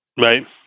Right